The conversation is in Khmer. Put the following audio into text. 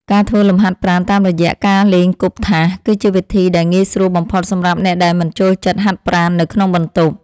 ការធ្វើលំហាត់ប្រាណតាមរយៈការលេងគប់ថាស គឺជាវិធីដែលងាយស្រួលបំផុតសម្រាប់អ្នកដែលមិនចូលចិត្តហាត់ប្រាណនៅក្នុងបន្ទប់។